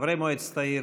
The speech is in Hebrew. חברי מועצת העיר,